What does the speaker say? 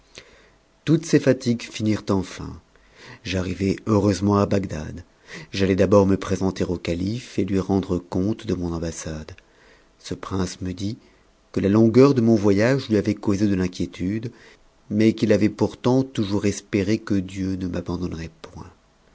toutes ces fatigues unirent enun j'arrivai heureusement à bagdad j'a ta d'abord me présenter au calife et lui rendre compte de monambassade ce prince me dit que la longueur de mon voyage lui avait causé de l'inquiétude mais qu'il avait pourtant toujours espéré que dieu ne m'abandonnerait point